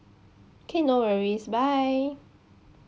can no worries bye